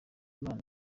imana